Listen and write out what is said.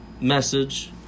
message